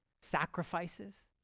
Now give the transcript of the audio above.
sacrifices